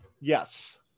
Yes